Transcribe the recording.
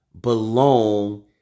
belong